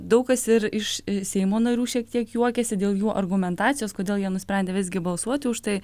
daug kas ir iš seimo narių šiek tiek juokiasi dėl jų argumentacijos kodėl jie nusprendė visgi balsuoti už tai